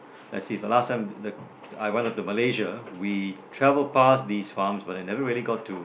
let's see the last time the I went up to Malaysia we traveled past these farms but never really got to